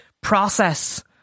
process